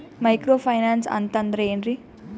Micro finance ಅಂತಂದ್ರ ಏನ್ರೀ?